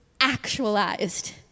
actualized